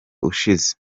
ushize